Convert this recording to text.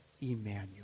emmanuel